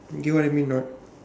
you get what I mean or not